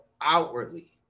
outwardly